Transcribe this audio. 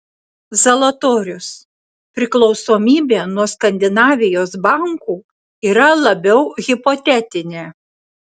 zalatorius priklausomybė nuo skandinavijos bankų yra labiau hipotetinė